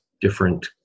different